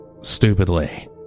Stupidly